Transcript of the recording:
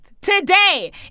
today